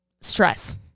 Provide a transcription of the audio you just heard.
stress